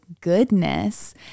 goodness